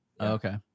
Okay